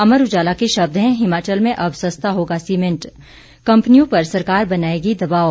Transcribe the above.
अमर उजाला के शब्द हैं हिमाचल में अब सस्ता होगा सीमेंट कंपनियों पर सरकार बनायेगी दबाव